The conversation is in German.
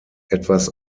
etwas